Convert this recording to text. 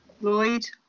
Lloyd